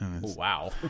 Wow